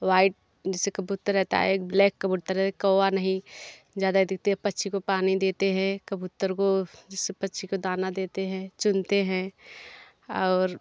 white जैसे कबूतर रहता है एक ब्लैक कबूतर है कौवा नहीं ज़्यादा ही दिखते पक्षी को पानी देते है कबूतर को जैसे पक्षी को दाना देते हैं चुनते हैं और